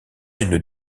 une